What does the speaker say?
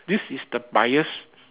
this is the bias